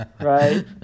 Right